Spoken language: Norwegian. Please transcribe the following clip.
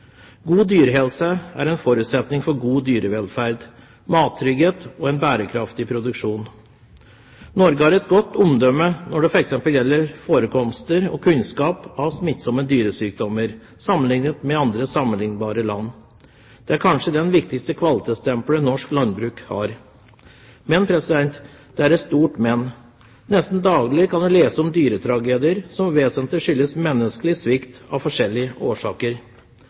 God dyrehelse er en forutsetning for god dyrevelferd, mattrygghet og en bærekraftig produksjon. Norge har et godt omdømme når det f.eks. gjelder forekomster av og kunnskap om smittsomme dyresykdommer sammenliknet med andre sammenliknbare land. Det er kanskje det viktigste kvalitetsstempelet norsk landbruk har. Men, det er et stort men. Nesten daglig kan vi lese om dyretragedier som vesentlig skyldes menneskelig svikt av forskjellige årsaker.